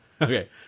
Okay